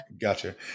Gotcha